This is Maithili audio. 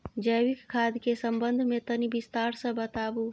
जैविक खाद के संबंध मे तनि विस्तार स बताबू?